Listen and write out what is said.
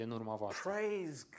Praise